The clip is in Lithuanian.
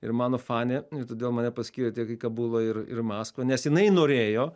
ir mano fanė ir todėl mane paskyrė tiek į kabulą ir ir maskvą nes jinai norėjo